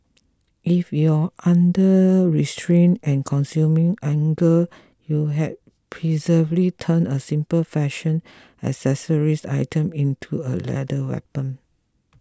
if your under restrained and consuming anger you had perversely turned a simple fashion accessories item into a lethal weapon